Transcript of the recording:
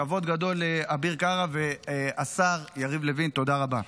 כבוד גדול לאביר קרא, והשר יריב לוין, תודה רבה.